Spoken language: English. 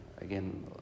again